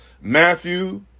Matthew